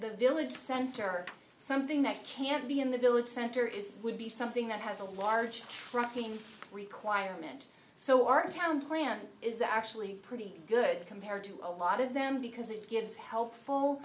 the village center or something that can't be in the village center is would be something that has a large trucking requirement so our town plan is actually pretty good compared to a lot of them because it gives help